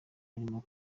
birimo